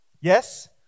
Yes